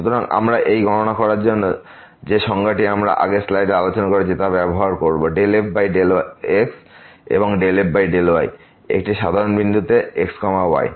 সুতরাং আমরা এই গণনা করার জন্য যে সংজ্ঞাটি আমরা আগের স্লাইডে আলোচনা করেছি তা ব্যবহার করব ∂f∂x এবং ∂f∂y একটি সাধারণ বিন্দুতে x y